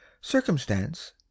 Circumstance